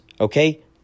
Okay